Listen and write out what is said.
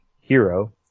hero